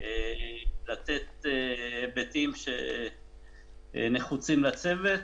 לתת היבטים שנחוצים לצוות.